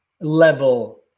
level